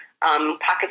pockets